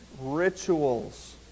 rituals